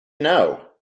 know